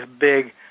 big